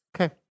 Okay